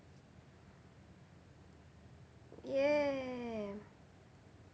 ya